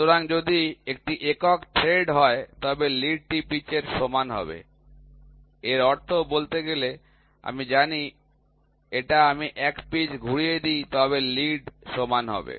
সুতরাং যদি এটি একক থ্রেড হয় তবে লিডটি পিচের সমান হবে এর অর্থ বলতে গেলে আমি জানি যদি এটি আমি এক পিচ ঘুরিয়ে দিই তবে লিড সমান হবে